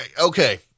Okay